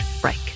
break